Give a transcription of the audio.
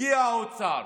הגיע האוצר,